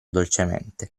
dolcemente